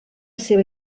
seva